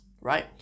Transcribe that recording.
right